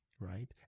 Right